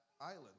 island